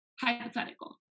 hypothetical